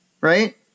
right